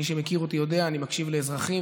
מי שמכיר אותי יודע: אני מקשיב לאזרחים